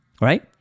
right